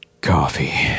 Coffee